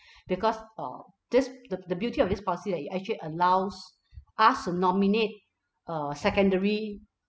because uh this the the beauty of this policy that you actually allows us to nominate a secondary